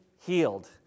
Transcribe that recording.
healed